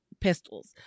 Pistols